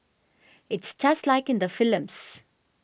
it's just like in the films